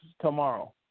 tomorrow